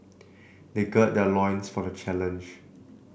they gird their loins for the challenge